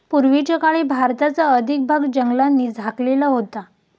पूर्वीच्या काळी भारताचा अधिक भाग जंगलांनी झाकलेला होता